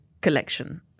collection